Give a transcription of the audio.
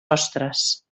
ostres